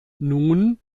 nun